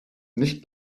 nicht